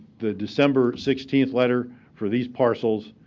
the december sixteenth letter for these parcels,